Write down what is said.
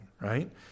right